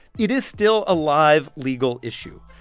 it is still a live, legal issue.